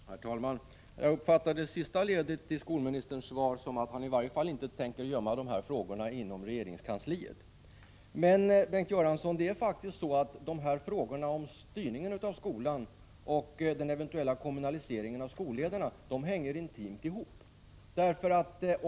Herr talman! Jag uppfattar det sista ledet i skolministerns svar som att han i varje fall inte tänker gömma de här frågorna inom regeringskansliet. Det är faktiskt så, Bengt Göransson, att frågorna om styrning av skolan och den eventuella kommunaliseringen av skolledarna hänger intimt ihop.